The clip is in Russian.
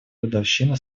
годовщину